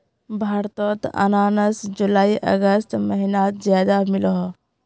भारतोत अनानास जुलाई अगस्त महिनात ज्यादा मिलोह